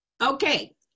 Okay